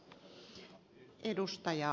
arvoisa puhemies